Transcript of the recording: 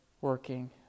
working